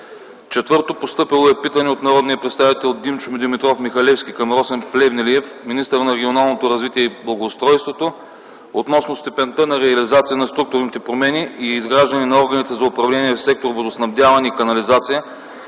23 юли 2010 г.; - питане от народния представител Димчо Димитров Михалевски към Росен Плевнелиев – министър на регионалното развитие и благоустройството, относно степента на реализация на структурните промени и изграждането на органите за управление в сектор „Водоснабдяване и канализация”